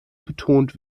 betont